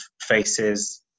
faces